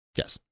Yes